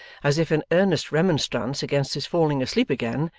as if in earnest remonstrance against his falling asleep again,